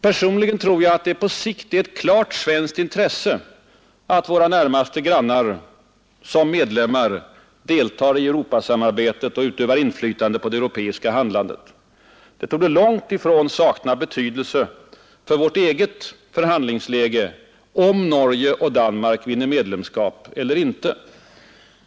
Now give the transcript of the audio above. Personligen tror jag att det på sikt är ett klart svenskt intresse att våra närmaste grannar som medlemmar deltar i Europasamarbetet och utövar inflytande på det europeiska handlandet. Det torde långt ifrån sakna betydelse för vårt eget förhandlingsläge, om Norge och Danmark vinner medlemskap eller inte.